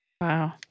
Wow